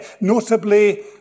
notably